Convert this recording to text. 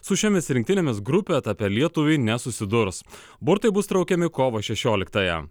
su šiomis rinktinėmis grupių etape lietuviai nesusidurs burtai bus traukiami kovo šešioliktąją